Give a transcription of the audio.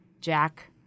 Jack